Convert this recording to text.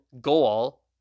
goal